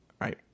right